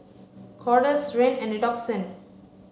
Kordel's Rene and Redoxon